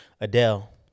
Adele